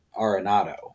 arenado